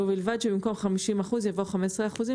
ובלבד שבמקום "חמישים אחוזים" יבוא "15 אחוזים",